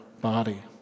body